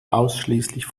ausschließlich